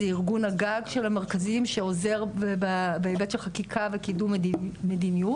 זה ארגון הגג של המרכזים שעוזר בהיבט של חקיקה וקידום מדיניות,